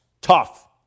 Tough